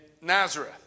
Nazareth